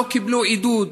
לא קיבלו עידוד,